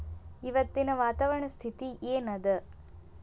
ಇವತ್ತಿನ ವಾತಾವರಣ ಸ್ಥಿತಿ ಏನ್ ಅದ?